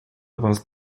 was